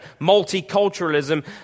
multiculturalism